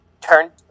Turn